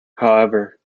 however